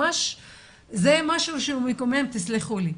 זה משהו שהוא מקומם, תסלחו לי.